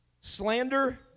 slander